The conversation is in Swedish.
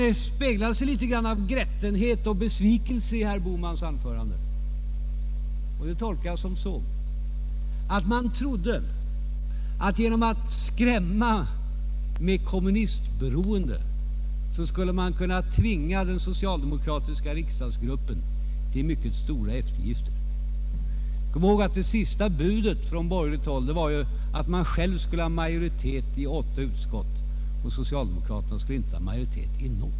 Det speglade sig litet av grättenhet och besvikelse i herr Bohmans anförande, och det tolkar jag så att de borgerliga trodde att de genom att skrämma med kommunistberoende skulle kunna tvinga den socialdemokratiska riksdagsgruppen till mycket stora eftergifter. Kom ihåg att det sista budet från borgerligt håll var att man själv skulle ha majoritet i åtta utskott och socialdemokraterna inte i något.